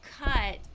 cut